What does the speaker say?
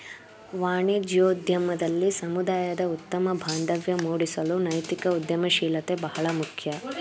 ವಾಣಿಜ್ಯೋದ್ಯಮದಲ್ಲಿ ಸಮುದಾಯದ ಉತ್ತಮ ಬಾಂಧವ್ಯ ಮೂಡಿಸಲು ನೈತಿಕ ಉದ್ಯಮಶೀಲತೆ ಬಹಳ ಮುಖ್ಯ